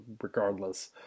regardless